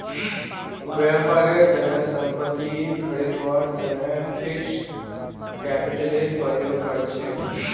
व्यापारेर तने संपत्ति खरीदवार तने फिक्स्ड कैपितलेर प्रयोग कर छेक